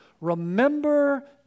Remember